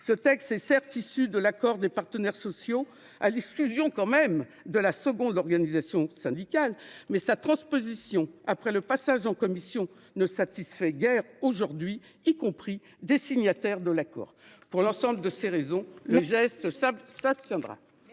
Ce texte est certes issu de l’accord signé par les partenaires sociaux, à l’exclusion tout de même de la deuxième organisation syndicale, mais sa transposition après son passage en commission ne satisfait guère aujourd’hui, y compris certains signataires de l’accord. Pour l’ensemble de ces raisons, les élus du groupe